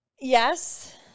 Yes